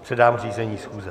Předám řízení schůze.